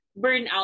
burnout